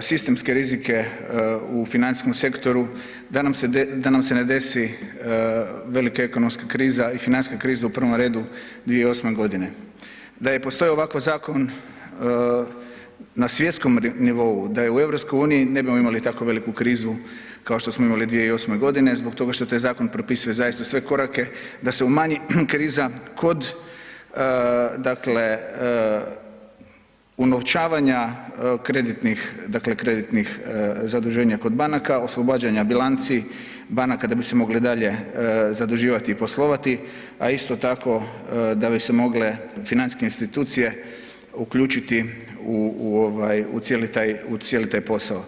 sistemske rizike u financijskom sektoru da nam se ne desi velika ekonomska kriza i financijska kriza u prvom redu 2008.g. Da je postojao ovakav zakon na svjetskom nivou, da je u EU ne bi oni imali tako veliku krizu kao što smo imali 2008.g. zbog toga što taj zakon propisuje zaista sve korake da se umanji kriza kod, dakle unovčavanja kreditnih, dakle kreditnih zaduženja kod banaka, oslobađanja bilanci banaka da bi se mogli dalje zaduživati i poslovati, a isto tako da bi se mogle financijske institucije uključiti u, u ovaj, u cijeli taj, u cijeli taj posao.